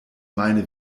meine